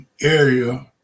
area